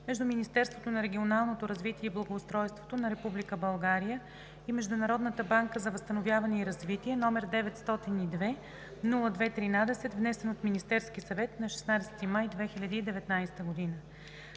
между Министерството на регионалното развитие и благоустройството на Република България и Международната банка за възстановяване и развитие, № 902-02-13, внесен от Министерския съвет нa 16 май 2019 г.